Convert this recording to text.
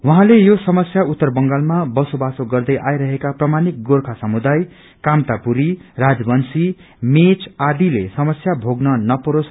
उहाँले यो समस्या उत्तर बंगालमा बसोबासो गर्दै आई रहेका प्रामाणिक गोर्खा समुदाय कान्तापुरी राजवंशी मेच समस्या भोग्न न परोस